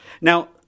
Now